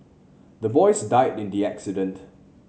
the boys died in the accident